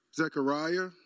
Zechariah